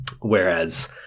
whereas